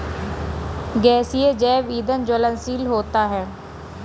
गैसीय जैव ईंधन ज्वलनशील होता है